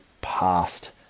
past